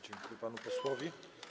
Dziękuję panu posłowi.